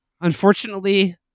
unfortunately